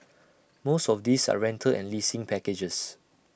most of these are rental and leasing packages